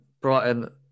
Brighton